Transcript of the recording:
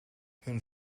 hun